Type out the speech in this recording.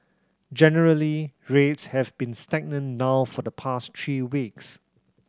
generally rates have been stagnant now for the past three weeks